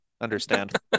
understand